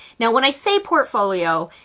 now when i say portfolio,